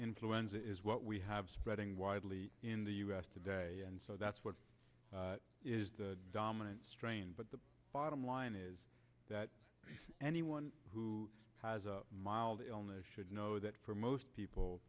influenza is what we have spreading widely in the us today and so that's what is the dominant strain but the bottom line is that anyone who has a mild illness should know that for most people